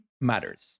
matters